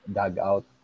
dugout